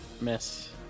miss